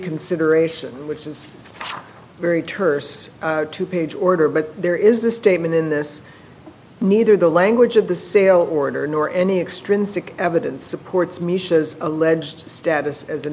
consideration which is very terse two page order but there is a statement in this neither the language of the sale order nor any extrinsic evidence supports mischa's alleged status as a